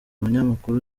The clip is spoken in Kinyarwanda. abanyamakuru